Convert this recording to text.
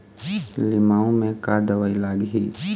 लिमाऊ मे का दवई लागिही?